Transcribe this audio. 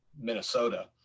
Minnesota